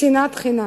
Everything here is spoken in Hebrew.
שנאת חינם.